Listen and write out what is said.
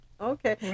Okay